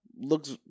looks